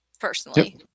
personally